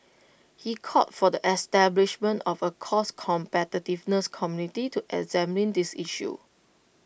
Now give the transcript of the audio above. he called for the establishment of A cost competitiveness committee to examine these issues